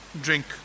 drink